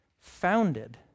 founded